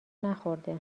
نخورده